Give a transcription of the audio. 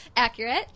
accurate